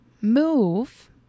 move